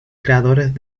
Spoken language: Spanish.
creadores